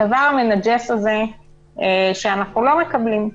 הדבר המנג'ס הזה שאנחנו לא מקבלים.